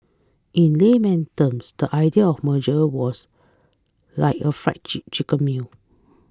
in layman terms the idea of merger was like a fried chicken meal